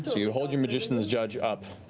you hold your magician's judge up,